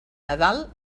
nadal